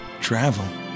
Travel